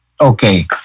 okay